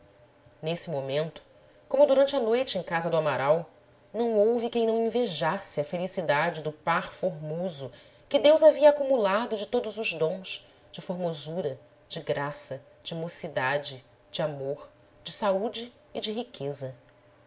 nesse momento como durante a noite em casa do amaral não houve quem não invejasse a felicidade do par formoso que deus havia acumulado de todos os dons de formosura de graça de mocidade de amor de saúde e de riqueza